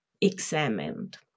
examined